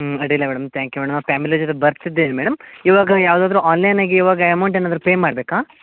ಹ್ಞೂ ಅಡ್ಡಿಯಿಲ್ಲ madam thank you madam ನಾವು ಪ್ಯಾಮಿಲಿ ಜೊತೆ ಬರ್ತಿದೇನೆ ಮೇಡಮ್ ಇವಾಗ ಯಾವ್ದಾದರೂ ಆನ್ಲೈನ್ ಆಗೀ ಇವಾಗ ಅಮೌಂಟ್ ಏನಾದರೂ ಪೇ ಮಾಡಬೇಕಾ